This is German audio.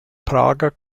prager